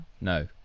no